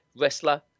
wrestler